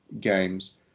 games